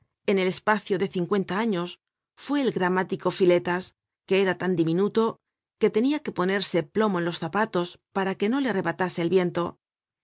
en el espacio de cincuenta años fue el gramático piletas que era tan diminuto que tenia que ponerse plomo en los zapatos para que no le arrebatase el viento